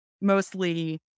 Mostly